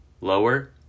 lower